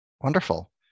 Wonderful